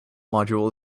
module